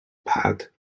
pat